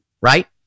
right